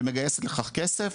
שמגייסת לכך כסף,